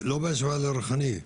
לא בהשוואה לריחאניה,